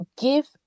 give